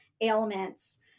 ailments